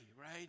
right